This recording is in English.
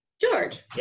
George